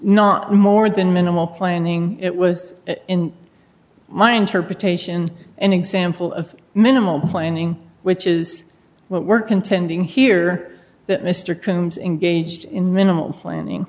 not more than minimal planning it was in my interpretation an example of minimal planning which is what we're contending here that mr can engage in minimal planning